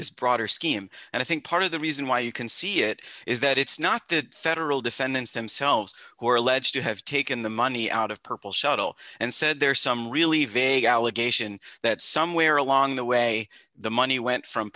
this broader scheme and i think part of the reason why you can see it is that it's not the federal defendants themselves who are alleged to have taken the money out of purple shuttle and said there's some really vague allegation that somewhere along the way the money went from